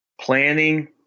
Planning